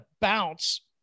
bounce